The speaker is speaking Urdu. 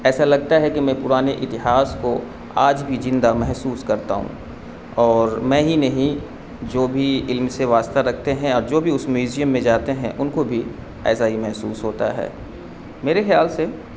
ایسا لگتا ہے کہ میں پرانے اتہاس کو آج بھی زندہ محسوس کرتا ہوں اور میں ہی نہیں جو بھی علم سے واسطہ رکھتے ہیں اور جو بھی اس میوزیم میں جاتے ہیں ان کو بھی ایسا ہی محسوس ہوتا ہے میرے خیال سے